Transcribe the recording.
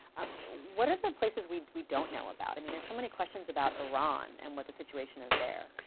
what are the places we we don't know about? i mean there are so many questions about iran and what the situation is there.